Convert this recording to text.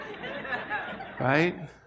right